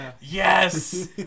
yes